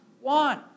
one